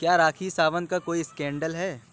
کیا راکھی ساونت کا کوئی اسکینڈل ہے